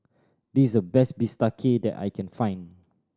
this is the best bistake that I can find